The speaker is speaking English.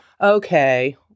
okay